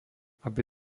aby